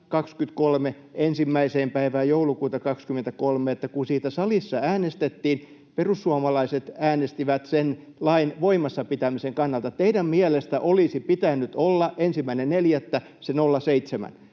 oli se, että kun siitä salissa äänestettiin, perussuomalaiset äänestivät sen lain voimassa pitämisen kannalta. Teidän mielestänne 1.4. olisi pitänyt olla se 0,7.